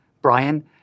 Brian